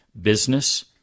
business